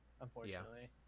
unfortunately